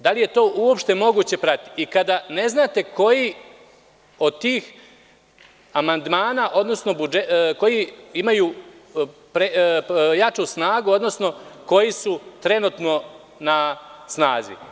Da li je to uopšte moguće pratiti i kada ne znate koji od tih amandmana koji imaju jaču snagu, odnosno koji su trenutno na snazi?